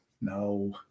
no